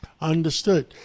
Understood